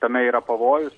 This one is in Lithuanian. tame yra pavojus